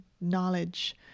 knowledge